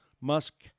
Musk